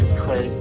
play